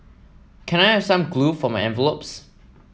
can I have some glue for my envelopes